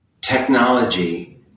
technology